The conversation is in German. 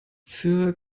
für